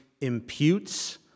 imputes